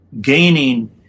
gaining